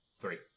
Three